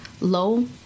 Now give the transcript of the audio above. low